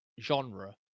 genre